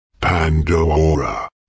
Pandora